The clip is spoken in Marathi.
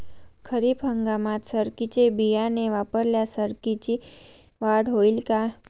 खरीप हंगामात सरकीचे बियाणे वापरल्यास सरकीची वाढ होईल का?